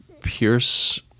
Pierce